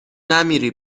نمیری